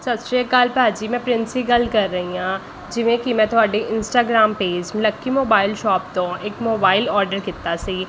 ਸਤਿ ਸ਼੍ਰੀ ਕਾਲ ਭਾਅ ਜੀ ਮੈਂ ਪ੍ਰਿੰਸੀ ਗੱਲ ਕਰ ਰਹੀ ਹਾਂ ਜਿਵੇਂ ਕਿ ਮੈਂ ਤੁਹਾਡੇ Instagram page lucky mobile shop ਤੋਂ ਇੱਕ ਮੋਬਾਇਲ ਔਡਰ ਕੀਤਾ ਸੀ